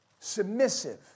Submissive